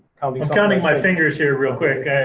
counting my fingers here real quick,